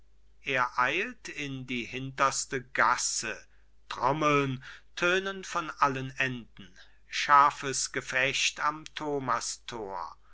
er eilt in die hinterste gasse trommeln tönen von allen enden scharfes gefecht am thomastor